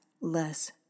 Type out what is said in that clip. less